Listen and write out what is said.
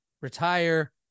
retire